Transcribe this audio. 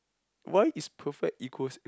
why is perfect equals